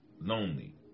lonely